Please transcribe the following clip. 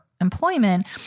employment